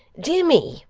dear me,